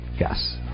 Yes